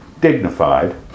dignified